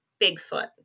Bigfoot